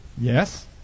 Yes